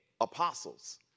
apostles